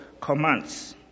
commands